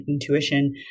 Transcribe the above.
intuition